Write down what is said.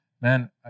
man